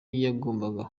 yagombaga